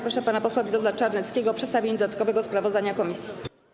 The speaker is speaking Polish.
Proszę pana posła Witolda Czarneckiego o przedstawienie dodatkowego sprawozdania komisji.